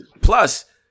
plus